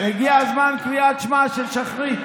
הגיע זמן קריאת שמע של שחרית.